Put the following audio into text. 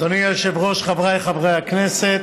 אדוני היושב-ראש, חבריי חברי הכנסת,